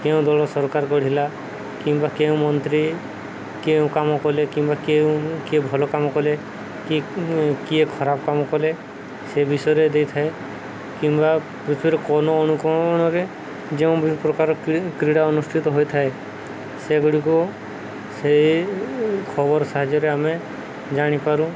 କେଉଁ ଦଳ ସରକାର ଗଢ଼ିଲା କିମ୍ବା କେଉଁ ମନ୍ତ୍ରୀ କେଉଁ କାମ କଲେ କିମ୍ବା କେଉଁ କିଏ ଭଲ କାମ କଲେ କି କିଏ ଖରାପ କାମ କଲେ ସେ ବିଷୟରେ ଦେଇଥାଏ କିମ୍ବା ପୃଥିବୀରେ କୋଣ ଅନୁକୋଣରେ ଯେଉଁ ବି ପ୍ରକାର କ୍ରୀ କ୍ରୀଡ଼ା ଅନୁଷ୍ଠିତ ହୋଇଥାଏ ସେଗୁଡ଼ିକୁ ସେଇ ଖବର ସାହାଯ୍ୟରେ ଆମେ ଜାଣିପାରୁ